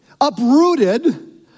uprooted